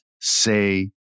say